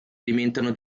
alimentano